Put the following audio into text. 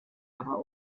aber